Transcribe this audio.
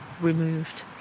removed